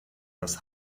das